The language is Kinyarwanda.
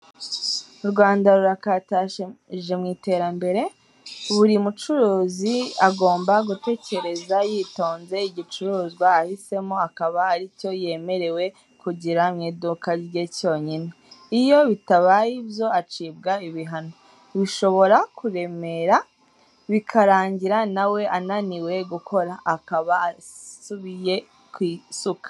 U Rwanda rurakataje mu iterambere, buri mucurizi agomba gutekereza yitonze igicuruzwa ahisemo akaba ari cyo yemerewe kugira mu iduka rye cyonyine, iyo bitabaye ibyo acibwa ibihano, bishobora kuremera, bikarangira na we ananiwe gukora, akaba asubiye ku isuka.